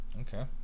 Okay